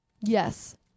Yes